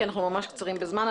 אנחנו ממש קצרים בזמן.